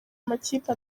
amakipe